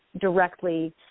directly